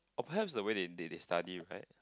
perhaps the way they they they study right